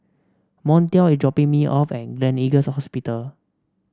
Montel is dropping me off at Gleneagles Hospital